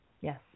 Yes